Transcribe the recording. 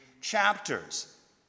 chapters